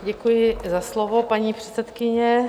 Děkuji za slovo, paní předsedkyně.